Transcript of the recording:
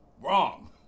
Wrong